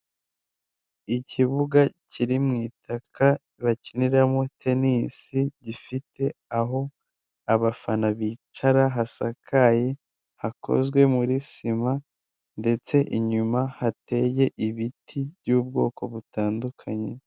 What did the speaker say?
Ikibuga kiri mu itaka bakiniramo tennis gifite aho abafana bicara hasakaye hakozwe muri sima ndetse inyuma hateye ibiti by'ubwoko butandukanye .